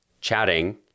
chatting